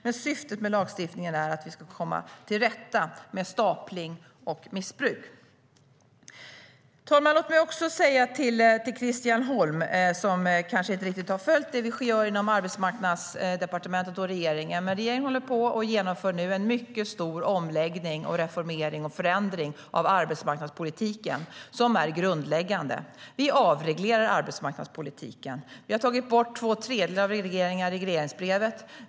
Men syftet med lagstiftningen är att vi ska komma till rätta med stapling och missbruk. Herr talman! Låt mig också vända mig till Christian Holm, som kanske inte riktigt har följt vad vi gör inom Arbetsmarknadsdepartementet och regeringen. Regeringen håller nu på och genomför den mycket stor omläggning, reformering och förändring av arbetsmarknadspolitiken som är grundläggande. Vi avreglerar arbetsmarknadspolitiken. Vi har tagit bort två tredjedelar av regleringarna i regleringsbrevet.